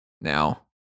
now